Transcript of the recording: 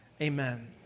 amen